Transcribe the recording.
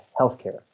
healthcare